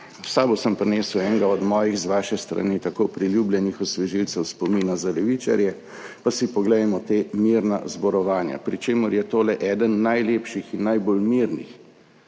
sabo sem prinesel enega od svojih z vaše strani tako priljubljenih osvežilcev spomina za levičarje, pa si poglejmo ta mirna zborovanja. Pri čemer je tole / pokaže zboru/ ena najlepših in najbolj mirnih